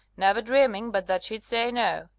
never dreaming but that she'd say no.